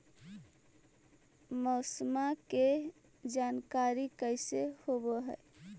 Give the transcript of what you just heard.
मौसमा के जानकारी कैसे होब है?